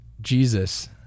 Jesus